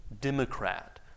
Democrat